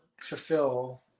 fulfill –